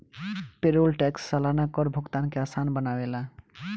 payroll tax सलाना कर भुगतान के आसान बनावेला